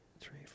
Three